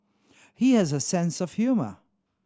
he has a sense of humour